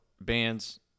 bands